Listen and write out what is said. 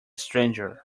stranger